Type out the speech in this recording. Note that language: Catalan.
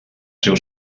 seu